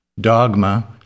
dogma